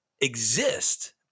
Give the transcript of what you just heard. exist